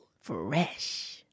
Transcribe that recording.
Fresh